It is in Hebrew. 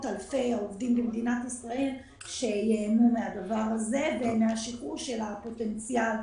אלפי עובדים במדינת ישראל שייהנו מהדבר הזה ומהשחרור של הפוטנציאל